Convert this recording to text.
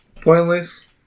pointless